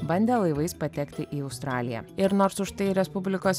bandę laivais patekti į australiją ir nors užtai respublikos